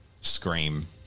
scream